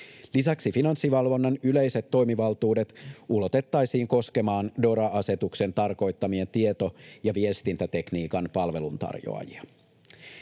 Lisäksi Finanssivalvonnan yleiset toimivaltuudet ulotettaisiin koskemaan DORA-asetuksen tarkoittamia tieto‑ ja viestintätekniikan palveluntarjoajia.